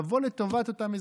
לבוא לטובת אותם אזרחים.